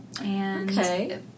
Okay